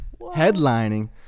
Headlining